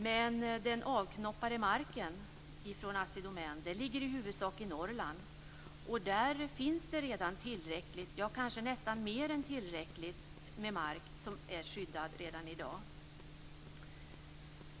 Men den avknoppade marken från Assi Domän ligger i huvudsak i Norrland. Där finns det redan tillräckligt, ja kanske nästan mer än tillräckligt, med mark som är skyddad redan i dag.